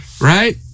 right